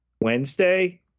wednesday